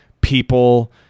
people